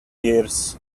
years